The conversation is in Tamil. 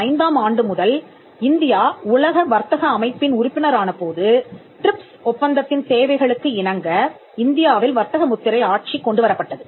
1995 ஆம் ஆண்டு முதல் இந்தியா உலக வர்த்தக அமைப்பின் உறுப்பினரான போது டிரிப்ஸ் ஒப்பந்தத்தின் தேவைகளுக்கு இணங்க இந்தியாவில் வர்த்தக முத்திரை ஆட்சி கொண்டுவரப்பட்டது